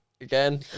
again